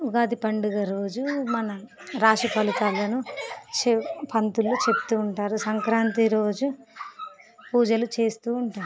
ఉగాది పండుగ రోజు మన రాశి ఫలితాలను చె పంతులు చెప్తూ ఉంటారు సంక్రాంతి రోజు పూజలు చేస్తూ ఉంటారు